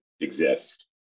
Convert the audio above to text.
Exist